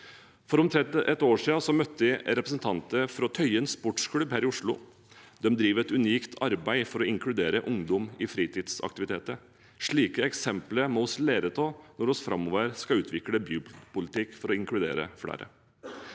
For omtrent ett år siden møtte jeg representanter fra Tøyen Sportsklubb her i Oslo. De driver et unikt arbeid for å inkludere ungdom i fritidsaktiviteter. Slike eksempler må vi lære av når vi framover skal utvikle bypolitikk for å inkludere flere.